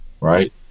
right